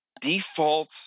default